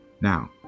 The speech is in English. Now